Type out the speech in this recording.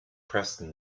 preston